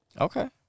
Okay